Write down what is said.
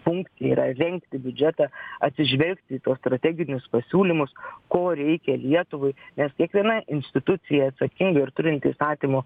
funkcija yra rengti biudžetą atsižvelgti į tuos strateginius pasiūlymus ko reikia lietuvai nes kiekviena institucija atsakinga ir turinti įstatymo